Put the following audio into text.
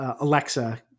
Alexa